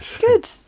Good